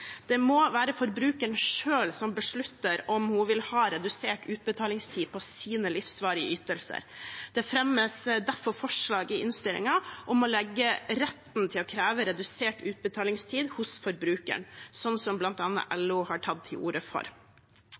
Det må være forbrukeren selv som beslutter om hun vil ha redusert utbetalingstid på sine livsvarige ytelser. Det fremmes derfor forslag i innstillingen om å legge retten til å kreve redusert utbetalingstid hos forbrukeren, slik bl.a. LO har tatt til orde for.